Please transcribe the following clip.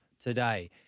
Today